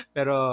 Pero